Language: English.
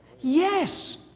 yes.